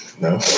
no